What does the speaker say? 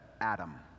adam